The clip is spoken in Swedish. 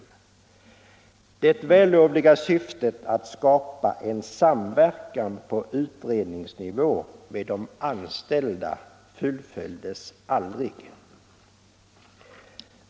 Det vällovliga syftet att skapa en samverkan på utredningsnivå med de anställda fullföljdes aldrig.